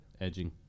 edging